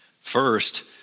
First